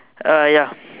uh ya